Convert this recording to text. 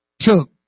took